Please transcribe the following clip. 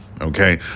okay